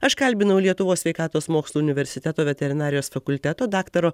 aš kalbinau lietuvos sveikatos mokslų universiteto veterinarijos fakulteto daktaro